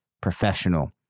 professional